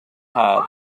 hard